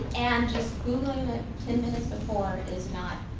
and just googling it ten minutes before is not